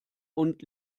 und